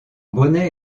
bonnet